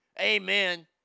Amen